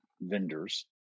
vendors